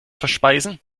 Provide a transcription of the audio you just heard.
verspeisen